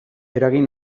eragin